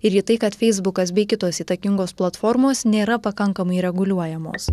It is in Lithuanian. ir į tai kad feisbukas bei kitos įtakingos platformos nėra pakankamai reguliuojamos